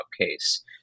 case